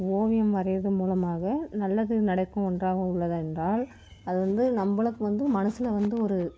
ஓவியம் வரைகிறது மூலமாக நல்லது நடக்கும் ஒன்றாக உள்ளதென்றால் அது வந்து நம்மளுக்கு வந்து மனசில் வந்து ஒரு